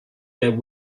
der